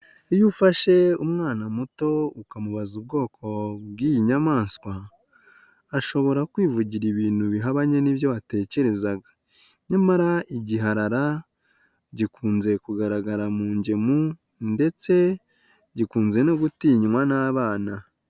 Iyo ufashe umwana muto ukamubaza ubwoko bw'iyi nyamaswa, ashobora kwivugira ibintu bihabanye n'ibyo watekerezaga. Nyamara igiharara gikunze kugaragara mu ngemu ndetse gikunze no gutinywa n'abana.